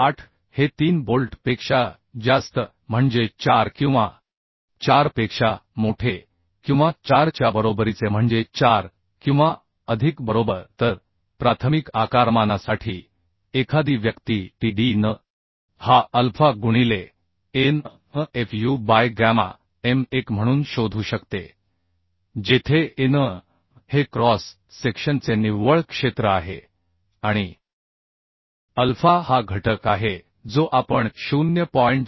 8 हे 3 बोल्ट पेक्षा ज्यास्त म्हणजे 4 किंवा 4 पेक्षा मोठे किंवा 4 च्या बरोबरीचे म्हणजे 4 किंवा अधिक बरोबर तर प्राथमिक आकारमानासाठी एखादी व्यक्ती T d n हा अल्फा गुणिले a n f u by gamma m 1 म्हणून शोधू शकते जेथे a n हे क्रॉस सेक्शनचे निव्वळ क्षेत्र आहे आणिअल्फा हा घटक आहे जो आपण 0